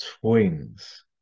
twins